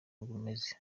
rumeze